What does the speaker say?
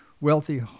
wealthy